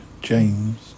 James